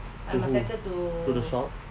to who to the shop